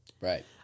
Right